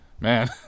Man